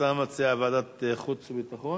השר מציע ועדת החוץ והביטחון.